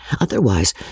otherwise